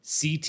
CT